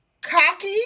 cocky